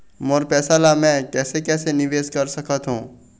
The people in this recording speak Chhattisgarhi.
मोर पैसा ला मैं कैसे कैसे निवेश कर सकत हो?